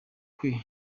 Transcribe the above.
kwe